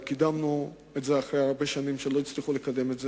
הרי קידמנו את זה אחרי הרבה שנים שלא הצליחו לקדם את זה,